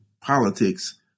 politics